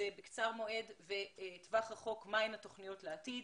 זה בקצר מועד ובטווח רחוק מה הן התוכניות לעתיד.